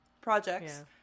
projects